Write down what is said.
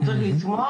הוא צריך לצמוח,